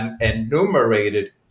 enumerated